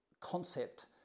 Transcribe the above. concept